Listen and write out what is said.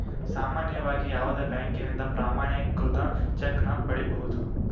ಸಾಮಾನ್ಯವಾಗಿ ಯಾವುದ ಬ್ಯಾಂಕಿನಿಂದ ಪ್ರಮಾಣೇಕೃತ ಚೆಕ್ ನ ಪಡಿಬಹುದು